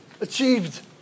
achieved